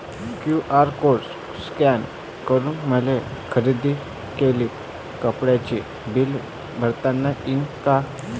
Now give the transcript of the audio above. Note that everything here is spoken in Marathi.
क्यू.आर कोड स्कॅन करून मले खरेदी केलेल्या कापडाचे बिल भरता यीन का?